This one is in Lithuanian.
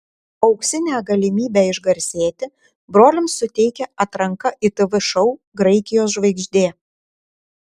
auksinę galimybę išgarsėti broliams suteikia atranka į tv šou graikijos žvaigždė